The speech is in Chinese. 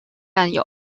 占有